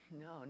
No